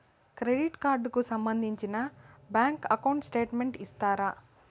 Credit card కు సంబంధించిన bank account statement ఇస్తారా?